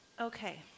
Okay